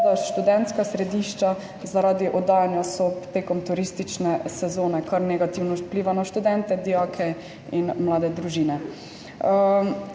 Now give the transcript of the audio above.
študentska središča zaradi oddajanja sob tekom turistične sezone, kar negativno vpliva na študente, dijake in mlade družine.